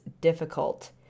difficult